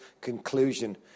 conclusion